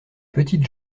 petites